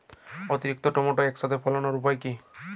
অতিরিক্ত টমেটো একসাথে ফলানোর উপায় কী?